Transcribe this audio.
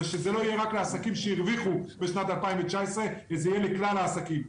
ושזה לא יהיה רק לעסקים שהרוויחו בשנת 2019 אלא לכלל העסקים.